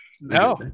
No